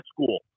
school